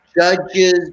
judges